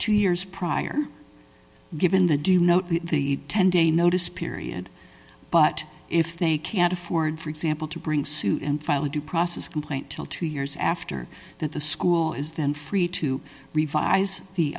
two years prior given the do note the ten day notice period but if they can't afford for example to bring suit and file a due process complaint till two years after that the school is then free to revise the